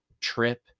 trip